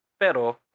pero